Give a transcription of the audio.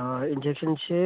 ꯑꯥ ꯏꯟꯖꯦꯛꯁꯟꯁꯦ